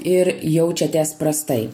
ir jaučiatės prastai